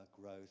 growth